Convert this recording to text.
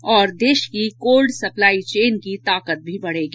इससे देश की कोल्ड सप्लाई चेन की ताकत भी बढेगी